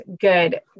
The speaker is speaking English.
good